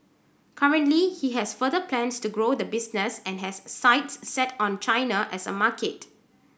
currently he has further plans to grow the business and has sights set on China as a market